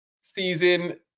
season